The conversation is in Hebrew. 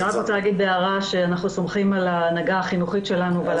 אנחנו סומכים על ההנהגה החינוכית שלנו ועל